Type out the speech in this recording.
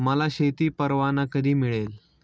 मला शेती परवाना कधी मिळेल?